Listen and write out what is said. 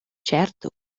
certo